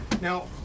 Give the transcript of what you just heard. Now